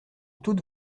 toutes